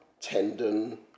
tendon